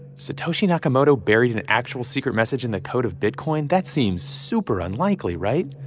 satoshi nakamoto buried an actual secret message in the code of bitcoin? that seems super unlikely, right?